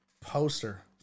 poster